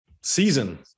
season